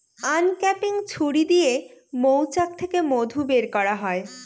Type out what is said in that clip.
uncapping ছুরি দিয়ে মৌচাক থেকে মধু বের করা হয়